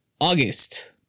August